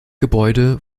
gebäude